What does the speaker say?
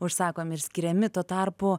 užsakomi ir skiriami tuo tarpu